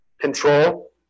Control